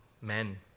men